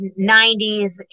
90s